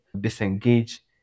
disengage